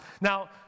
Now